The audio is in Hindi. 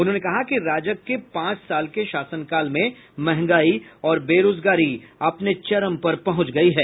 उन्होंने कहा कि राजग के पांच साल के शासनकाल में मंहगाई और बेरोजगारी अपने चरम पर पहुंच गयी है